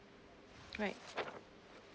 right